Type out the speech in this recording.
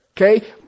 Okay